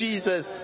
Jesus